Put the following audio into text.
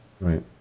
Right